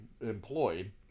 employed